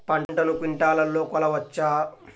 పంటను క్వింటాల్లలో కొలవచ్చా?